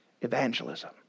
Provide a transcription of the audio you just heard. evangelism